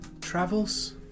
travels